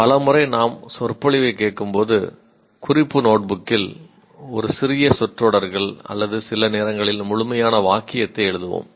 பல முறை நாம் சொற்பொழிவைக் கேட்கும்போது குறிப்பு நோட்புக்கில் ஒரு சிறிய சொற்றொடர்கள் அல்லது சில நேரங்களில் முழுமையான வாக்கியத்தை எழுதுவோம்